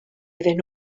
iddyn